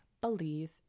believe